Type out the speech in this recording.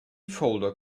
folder